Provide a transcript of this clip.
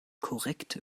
korrekte